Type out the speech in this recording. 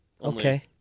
Okay